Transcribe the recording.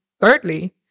thirdly